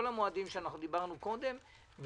בכל המועדים שדיברנו קודם,